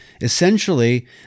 Essentially